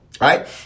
Right